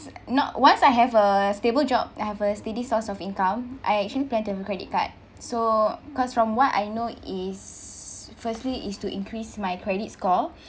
not once I have a stable job I have a steady source of income I actually plan to have a credit card so because from what I know is firstly is to increase my credit score